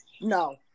No